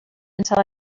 until